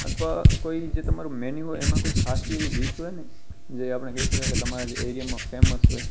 અથવા કોઈ જે તમારું મેન્યૂ હોય એમાં કોઈ ખાસ એવી ડીશ હોય ને જે આપણે કહી શકાય કે તમારા એરિયામાં ફેમસ હોય